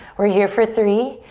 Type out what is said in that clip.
we're here for three,